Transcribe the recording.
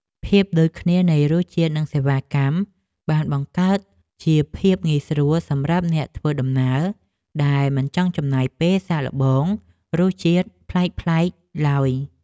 ភាពដូចគ្នានៃរសជាតិនិងសេវាកម្មបានបង្កើតជាភាពងាយស្រួលសម្រាប់អ្នកធ្វើដំណើរដែលមិនចង់ចំណាយពេលសាកល្បងរសជាតិ ប្លែកៗឡើយ។